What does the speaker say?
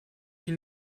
die